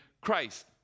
Christ